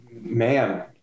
Man